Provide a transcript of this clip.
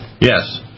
Yes